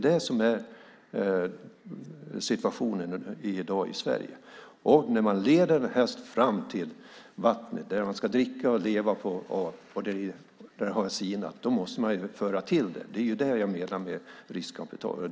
Det är situationen i dag i Sverige. När man leder en häst fram till vattnet som den ska dricka och leva av och det har sinat så måste man tillföra det. Det är vad jag menar med riskkapitalet.